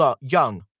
young